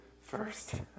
first